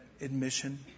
admission